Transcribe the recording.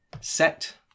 set